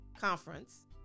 conference